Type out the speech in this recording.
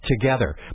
together